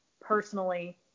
personally